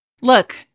Look